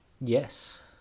Yes